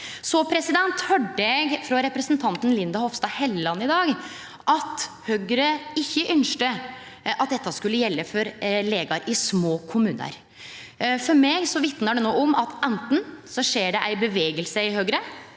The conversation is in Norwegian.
Så høyrde eg frå representanten Linda Hofstad Helleland i dag at Høgre ikkje ønskte at dette skulle gjelde for legar i små kommunar. For meg vitnar det no om at anten så skjer det ein bevegelse i Høgre,